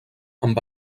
amb